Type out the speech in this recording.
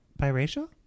biracial